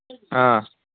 ꯑꯥ